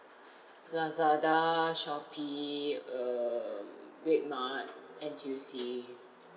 lazada shopee um redmart N_T_U_C